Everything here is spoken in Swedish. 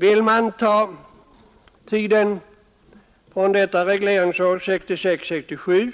Under tiden från regleringsåret 1966/67 fram